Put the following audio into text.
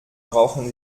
brauchen